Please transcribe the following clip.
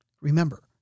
Remember